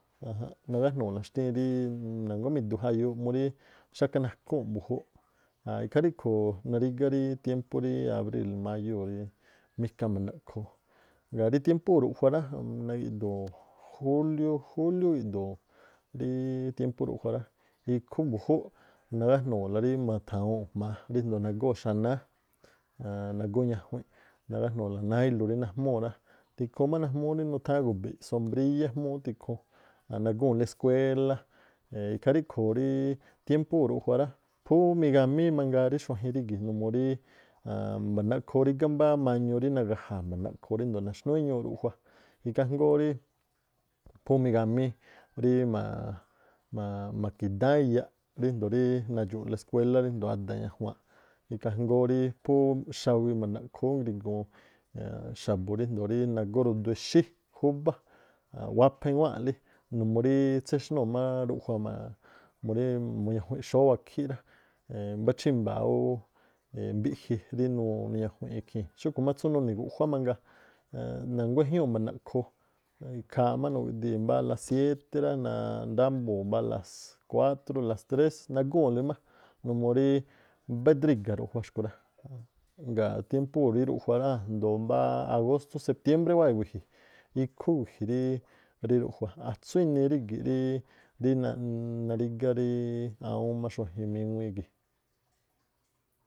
Ajánꞌ nagájnu̱u̱ la xtíín rí na̱nguá mi̱du̱ jayuuꞌ murí xákhánákúu̱nꞌ mbu̱júúꞌ, ikhaa ríꞌkhu̱ narígá rí tiémpú rí abríi̱l, máyúu̱ mika ma̱ndaꞌkhoo. Ngaa̱ rí tiémpú ruꞌjua rá, nagi̱ꞌdu̱u̱ júliú, júliú igi̱ꞌdu̱u̱ ríí tiémpú ruꞌjua rá. Ikhú mbu̱júúꞌ nagájnu̱u̱la rí ma̱tha̱wu̱unꞌ jma̱a ríjndo̱o nagóo̱ xanáá aann- nagó-úñajuinꞌ, nagájnu̱u̱la tikhuun má najmúú rí nutháán gu̱bi̱ꞌ sombríyá ejmúú tikhuun, an nagúu̱nlí eskuéla. Ikhaa ríꞌkhu̱ rí tiémpúu̱ ruaꞌjua rá, phúú migamíí mangaa rí xuajin rígi̱ numuu rí ma̱ndaꞌkhoo ú rígá mañu rí naga̱ja̱a̱ mba̱ndaꞌkhoo ríndo̱o náxnúú éñuuꞌ ruꞌjua, ikhaa jngóó rí phú migamíí rí ma̱ki̱dáán iyaꞌ ríjndo̱o rí nachu̱u̱la eskuéla ríjndo̱o ada̱ ñajuaanꞌ ikhaa jngóó rí phú xa̱wii ma̱ndaꞌkhoo ú ngriguu̱n xa̱bu̱ rínagóó rudu exí júbá, wapha iwáa̱nlí numuu rí tséxnúu̱ má ruꞌjua̱ o̱ ma̱a̱ murí muñajuinꞌ xóóꞌ wakhí rá, mbá chímba̱a̱ ú mbiꞌji rí nu- nuñajunꞌ ikhii̱n. Xúꞌkhu̱ má tsú nuni̱ guꞌjuá mangaa na̱nguá ejñúu̱ꞌ ma̱ndaꞌkhoo, khaaꞌ má nugi̱ꞌdii̱ mbáá a las siete rá, náa̱ ndábuu̱n mbáá a las kuátrú a las tres nagúu̱nlí má numuu rí mabá eꞌdriga̱ rujua̱ xku̱ rá, ngaa̱ tiémpúu̱ rí ruꞌjua rá a̱jndo̱o mbáá agóstó septiembré wáa̱ iwi̱ji̱ ikhú i̱wi̱ji̱ ríí, rí ruꞌjua, atsú enii rígi̱ ríí rí na- narígá ríí awúún má xuajin míŋuíí gii̱.